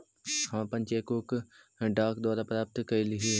हम अपन cheque book डाक द्वारा प्राप्त कईली हे